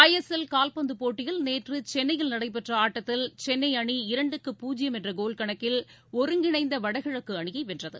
ஐ S L கால்பந்து போட்டியில் நேற்று சென்னையில் நடைபெற்ற ஆட்டத்தில் சென்னை அணி இரண்டுக்கு பூஜ்ஜியம் என்ற கோல் கணக்கில் ஒருங்கிணைந்த வடகிழக்கு அணியை வென்றது